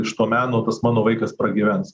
iš to meno tas mano vaikas pragyvens